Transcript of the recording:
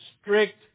strict